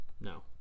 No